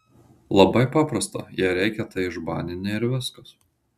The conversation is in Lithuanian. labai paprasta jei reikia tai išbanini ir viskas